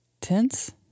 Tense